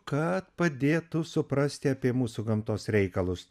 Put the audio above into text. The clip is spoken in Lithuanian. kad padėtų suprasti apie mūsų gamtos reikalus